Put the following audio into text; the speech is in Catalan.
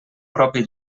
propi